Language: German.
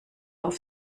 auf